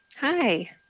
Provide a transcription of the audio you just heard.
Hi